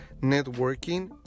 networking